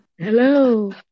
hello